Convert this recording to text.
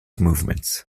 movements